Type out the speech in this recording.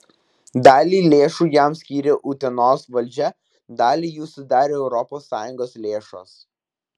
dalį lėšų jam skyrė utenos valdžia dalį jų sudarė europos sąjungos lėšos